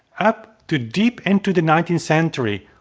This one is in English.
up to deep into the nineteenth century,